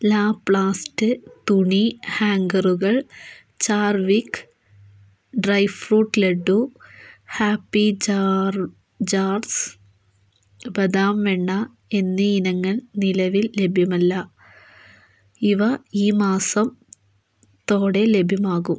Laplast തുണി ഹാംഗറുകൾ ചാർവിക് dry fruit laddoo happy jars ബദാം വെണ്ണ എന്നീ ഇനങ്ങൾ നിലവിൽ ലഭ്യമല്ല ഇവ ഈ മാസത്തോടെ ലഭ്യമാകും